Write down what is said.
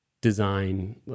design